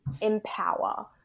empower